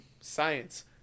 science